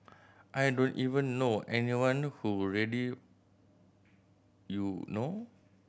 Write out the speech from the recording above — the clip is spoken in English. I don't even know anyone whom ready you know